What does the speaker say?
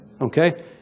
okay